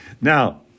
Now